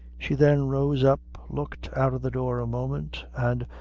she then rose up, looked out of the door a moment, and,